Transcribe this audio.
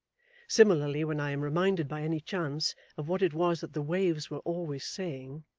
similarly, when i am reminded by any chance of what it was that the waves were always saying,